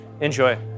Enjoy